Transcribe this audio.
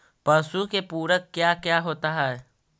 पशु के पुरक क्या क्या होता हो?